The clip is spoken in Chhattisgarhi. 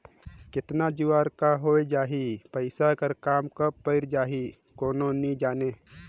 केतना जुवार का होए जाही, पइसा कर काम कब पइर जाही, कोनो नी जानें